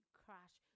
crash